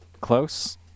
Close